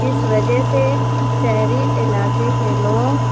جس وجہ سے شہری علاقے کے لوگ